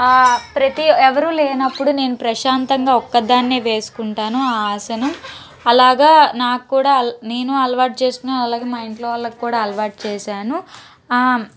ప్రతి ఎవరూ లేనప్పుడు నేను ప్రశాంతంగా ఒక్క దాన్నే వేసుకుంటాను ఆ ఆసనం అలాగా నాకు కూడా నేను అలవాటు చేసుకున్నాను అలాగే మా ఇంట్లో వాళ్లకి కూడా అలవాటు చేశాను